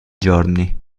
giorni